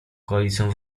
koalicją